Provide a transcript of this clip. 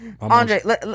Andre